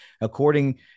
According